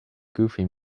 goofy